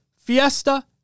Fiesta